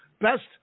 Best